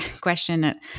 question